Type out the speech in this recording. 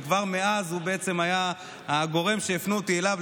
וכבר מאז הוא בעצם היה הגורם שהפנו אותי אליו,